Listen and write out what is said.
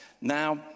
Now